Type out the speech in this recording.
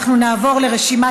אנחנו נעבור לרשימת